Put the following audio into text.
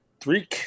three